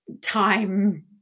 time